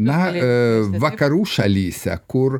na vakarų šalyse kur